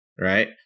right